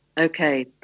Okay